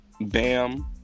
Bam